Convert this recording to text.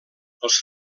els